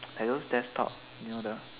like those desktop you know the